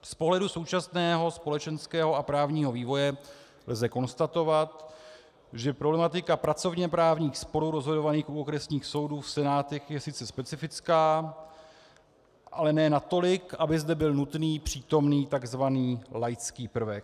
Z pohledu současného společenského a právního vývoje lze konstatovat, že problematika pracovněprávních sporů rozhodovaných u okresních soudů v senátech je sice specifická, ale ne natolik, aby zde byl nutný přítomný tzv. laický prvek.